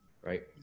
right